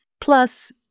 Plus